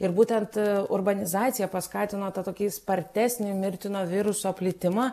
ir būtent urbanizacija paskatino tą tokį spartesnį mirtino viruso plitimą